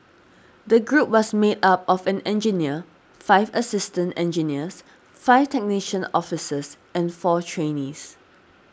the group was made up of an engineer five assistant engineers five technician officers and four trainees